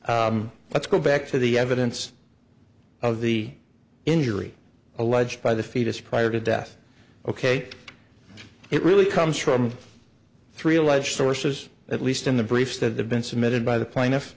let's go back to the evidence of the injury alleged by the fetus prior to death ok it really comes from three alleged sources at least in the briefs that have been submitted by the plaintiff